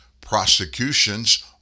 Prosecutions